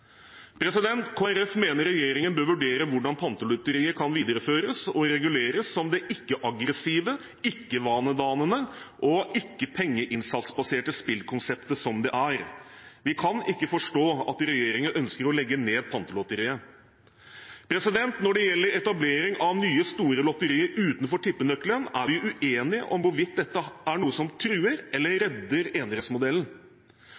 mener regjeringen bør vurdere hvordan Pantelotteriet kan videreføres og reguleres, som det ikke-aggressive, ikke-vanedannende og ikke-pengeinnsatsbaserte spillkonseptet som det er. Vi kan ikke forstå at regjeringen ønsker å legge ned Pantelotteriet. Når det gjelder etablering av nye store lotterier utenfor tippenøkkelen, er vi uenige om hvorvidt dette er noe som truer eller redder